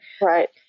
Right